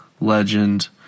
legend